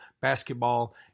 basketball